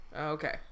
okay